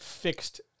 ...fixed